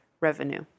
revenue